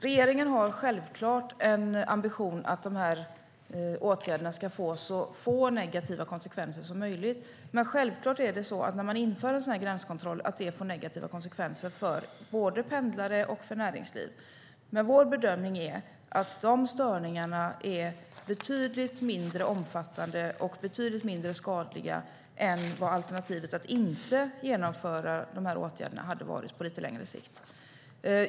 Regeringen har självklart en ambition att de här åtgärderna ska få så få negativa konsekvenser som möjligt, men när man inför en sådan här gränskontroll får det självklart negativa konsekvenser för både pendlare och näringsliv. Vår bedömning är dock att dessa störningar är betydligt mindre omfattande och betydligt mindre skadliga än vad alternativet att inte genomföra dessa åtgärder hade varit på lite längre sikt.